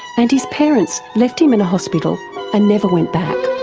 and his parents left him in a hospital and never went back.